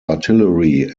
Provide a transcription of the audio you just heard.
artillery